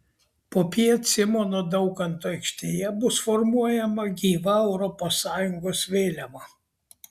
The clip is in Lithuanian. popiet simono daukanto aikštėje bus formuojama gyva europos sąjungos vėliava